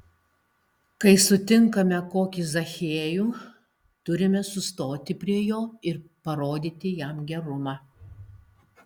kai sutinkame kokį zachiejų turime sustoti prie jo ir parodyti jam gerumą